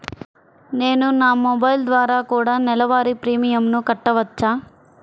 నేను నా మొబైల్ ద్వారా కూడ నెల వారి ప్రీమియంను కట్టావచ్చా?